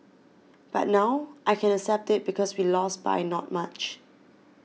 but now I can accept it because we lost by not much